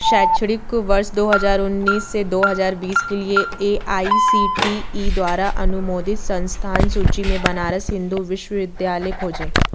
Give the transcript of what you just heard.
शैक्षणिक वर्ष दो हज़ार उन्नीस से दो हज़ार बीस के लिए A I C T E द्वारा अनुमोदित संस्थान सूची में बनारस हिन्दू विश्वविद्यालय खोजें